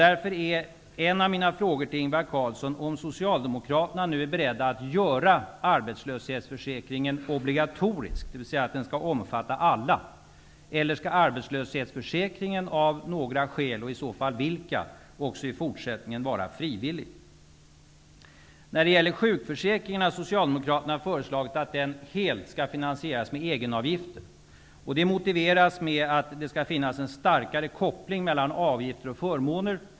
Därför är en av mina frågor till Ingvar Carlsson om Socialdemokraterna nu är beredda att göra arbetslöshetsförsäkringen obligatorisk, dvs. att den skall omfatta alla, eller om arbetslöshetsförsäkringen av några skäl, och i så fall undrar jag vilka, också i fortsättningen skall vara frivillig. När det gäller sjukförsäkringen har Socialdemokraterna föreslagit att den helt skall finansieras med egenavgifter. Det motiveras med att det skall finnas en starkare koppling mellan avgifter och förmåner.